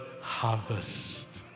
harvest